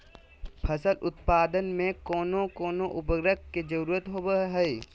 फसल उत्पादन में कोन कोन उर्वरक के जरुरत होवय हैय?